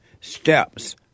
steps